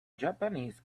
japanese